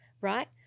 right